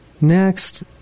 Next